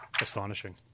Astonishing